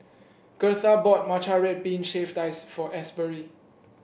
gertha bought Matcha Red Bean Shaved Ice for Asbury